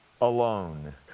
alone